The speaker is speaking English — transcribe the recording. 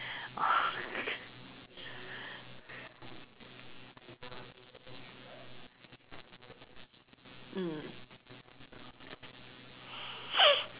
mm